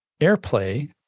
airplay